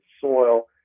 soil